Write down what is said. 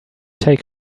take